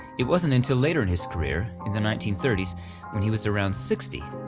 it wasn't until later in his career, in the nineteen thirty s when he was around sixty,